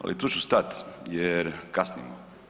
Ali tu ću stati, jer kasnimo.